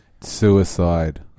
Suicide